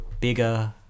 bigger